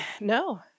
no